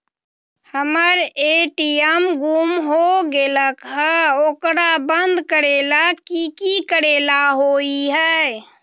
हमर ए.टी.एम गुम हो गेलक ह ओकरा बंद करेला कि कि करेला होई है?